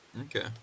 Okay